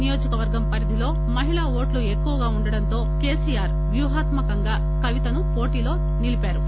నియోజక వర్గం పరధిలో మహిళా ఓట్లు ఎక్కువగా ఉండటంతో కేసీఆర్ వ్యూహాత్మ కంగా కవితను పోటీలో నిలిపారు